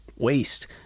waste